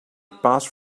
passed